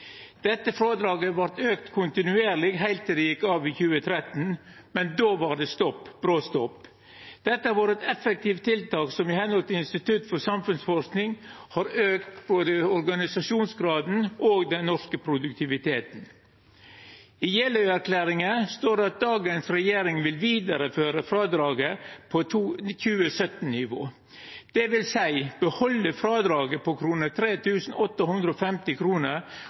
Dette frådraget vart auka kontinuerleg heilt til dei gjekk av i 2013, men då var det stopp – bråstopp. Dette har vore eit effektivt tiltak som ifølgje Institutt for samfunnsforsking har auka både organisasjonsgraden og den norske produktiviteten. I Jeløya-erklæringa står det at dagens regjering vil føra vidare frådraget på 2017-nivå, dvs. å behalda frådraget på